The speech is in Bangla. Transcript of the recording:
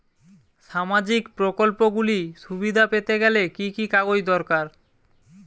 সামাজীক প্রকল্পগুলি সুবিধা পেতে গেলে কি কি কাগজ দরকার?